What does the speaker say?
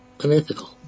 unethical